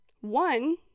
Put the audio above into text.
One